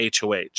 hoh